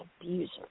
abuser